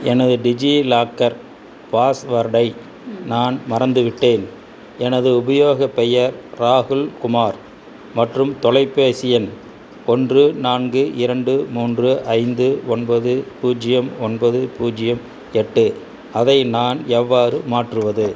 எனது டிஜிலாக்கர் பாஸ்வேர்டை நான் மறந்துவிட்டேன் எனது உபயோகப் பெயர் ராகுல் குமார் மற்றும் தொலைபேசி எண் ஒன்று நான்கு இரண்டு மூன்று ஐந்து ஒன்பது பூஜ்ஜியம் ஒன்பது பூஜ்ஜியம் எட்டு அதை நான் எவ்வாறு மாற்றுவது